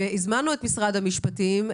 הזמנו את משרד המשפטים,